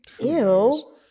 ew